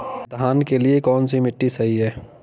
धान के लिए कौन सी मिट्टी सही है?